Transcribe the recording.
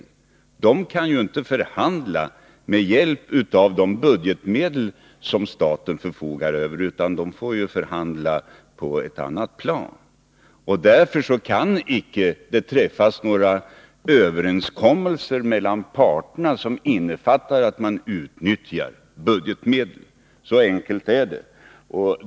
De kan göra ett uttalande men inte förhandla med hjälp av de budgetmedel som staten förfogar över. Därför kan det icke träffas några överenskommelser mellan parterna som innefattar att man utnyttjar budgetmedel — så enkelt är det.